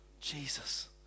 Jesus